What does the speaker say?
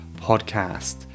podcast